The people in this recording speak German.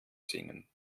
singen